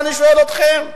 אני שואל אתכם: